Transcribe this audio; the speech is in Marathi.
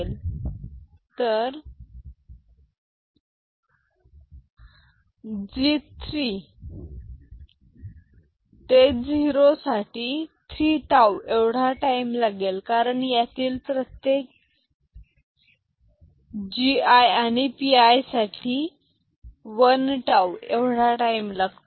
C11 G11 8 P11 8G7 4 P11 8P7 4G3 0 P11 8P7 4P3 0C 1 C15 G15 12 P15 12G11 8 P15 12P11 8G7 4 P15 12P11 8P7 4G3 0P15 12P11 8P7 4P3 0C 1 G 3 to 0 साठी 3 टाऊ एवढा टाईम लागेल कारण यातील प्रत्येक Gis आणि Pis साठी वन टाऊ एवढा टाइम लागतो